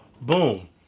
boom